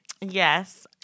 Yes